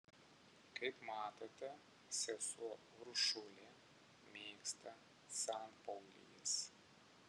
kaip matote sesuo uršulė mėgsta sanpaulijas